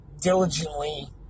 diligently